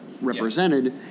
represented